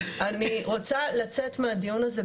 אני רוצה לצאת מהדיון הזה,